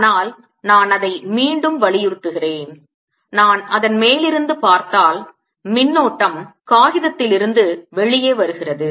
ஆனால் நான் அதை மீண்டும் வலியுறுத்துகிறேன் நான் அதன் மேலிருந்து பார்த்தால் மின்னோட்டம் காகிதத்திலிருந்து வெளியே வருகிறது